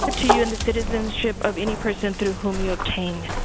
to you and the citizenship of any person through whom you obtain